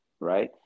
right